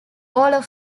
all